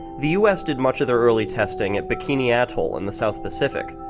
the us did much of their early testing at bikini atoll in the south pacific.